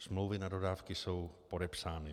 Smlouvy na dodávky jsou podepsány.